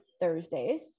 Thursdays